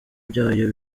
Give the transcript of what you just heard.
byayo